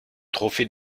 trophée